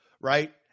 right